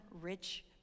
rich